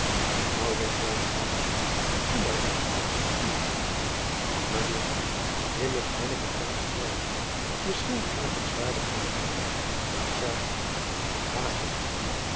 u mmers ben ik beklagenswaardig misschien beklagenswaardiger dan gij maar ga heen ga heen